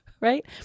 right